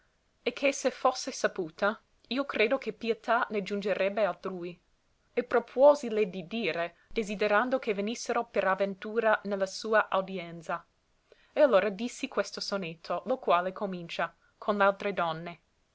e che se fosse saputa io credo che pietà ne giugnerebbe altrui e propuòsile di dire desiderando che venissero per avventura ne la sua audienza e allora dissi questo sonetto lo quale comincia con l'altre donne